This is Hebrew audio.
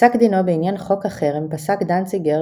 בפסק דינו בעניין "חוק החרם" פסק דנציגר